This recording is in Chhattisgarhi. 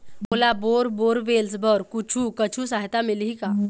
मोला बोर बोरवेल्स बर कुछू कछु सहायता मिलही का?